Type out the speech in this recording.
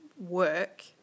work